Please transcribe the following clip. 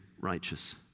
righteous